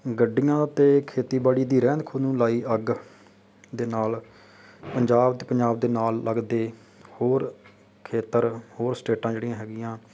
ਗੱਡੀਆਂ ਅਤੇ ਖੇਤੀਬਾੜੀ ਦੀ ਰਹਿੰਦ ਖੂੰਹਦ ਨੂੰ ਲਾਈ ਅੱਗ ਦੇ ਨਾਲ ਪੰਜਾਬ ਅਤੇ ਪੰਜਾਬ ਦੇ ਨਾਲ ਲੱਗਦੇ ਹੋਰ ਖੇਤਰ ਹੋਰ ਸਟੇਟਾਂ ਜਿਹੜੀਆਂ ਹੈਗੀਆਂ